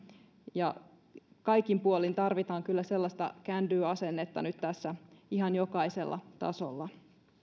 kaikin puolin tarvitaan kyllä sellaista can do asennetta nyt ihan jokaisella tasolla